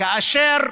כאשר